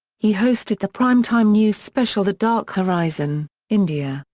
he hosted the primetime news special the dark horizon india,